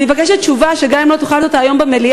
אני מבקשת תשובה שגם אם לא תוכל לתת אותה היום במליאה,